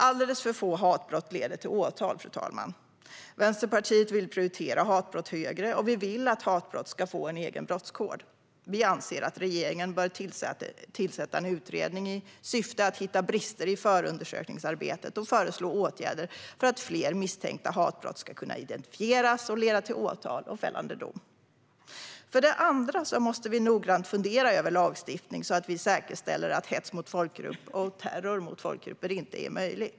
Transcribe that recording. Alldeles för få hatbrott leder till åtal, fru talman. Vänsterpartiet vill prioritera hatbrott högre. Och vi vill att hatbrott ska få en egen brottskod. Vi anser att regeringen bör tillsätta en utredning i syfte att hitta brister i förundersökningsarbetet och föreslå åtgärder för att fler misstänkta hatbrott ska kunna identifieras och leda till åtal och fällande dom. För det andra måste vi noggrant fundera över lagstiftning så att vi kan säkerställa att hets och terror mot folkgrupper inte är möjligt.